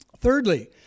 Thirdly